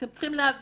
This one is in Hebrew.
אתם צריכים להבין